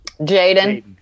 Jaden